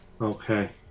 okay